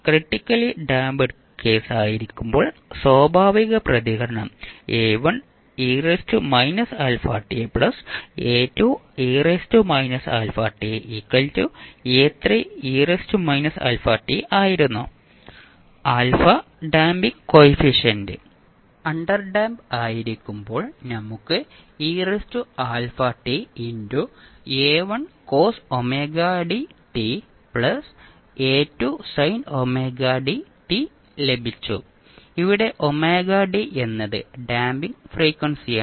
critically damped case ആയിരിക്കുമ്പോൾ സ്വാഭാവിക പ്രതികരണം ആയിരുന്നു ഡാമ്പിംഗ് കൊയിഫിഷ്യന്റ് അണ്ടർഡാമ്പ് കേസ് ആയിരിക്കുമ്പോൾ നമുക്ക് ലഭിച്ചു ഇവിടെ എന്നത് ഡാമ്പിംഗ് ഫ്രീക്വൻസിയാണ്